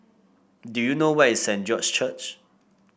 do you know where is Saint George's Church